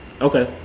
Okay